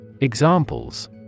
Examples